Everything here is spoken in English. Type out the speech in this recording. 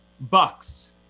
Bucks